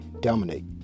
dominate